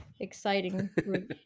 exciting